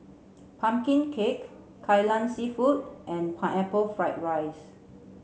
Pumpkin Cake Kai Lan Seafood and Pineapple Fried Rice